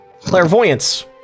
clairvoyance